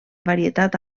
varietat